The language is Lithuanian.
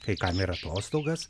kai kam ir atostogas